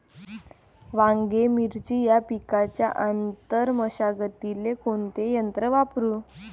वांगे, मिरची या पिकाच्या आंतर मशागतीले कोनचे यंत्र वापरू?